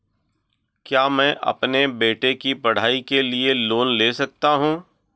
क्या मैं अपने बेटे की पढ़ाई के लिए लोंन ले सकता हूं?